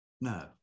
No